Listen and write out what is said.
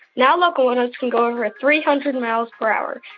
now locomotives can go over three hundred and miles per hour.